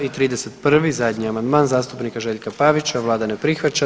I 31. zadnji amandman zastupnika Željka Pavića, Vlada ne prihvaća.